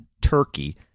turkey